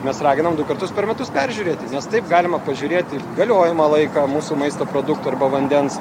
mes raginam du kartus per metus peržiūrėti nes taip galima pažiūrėti galiojimą laiką mūsų maisto produktų arba vandens